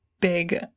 big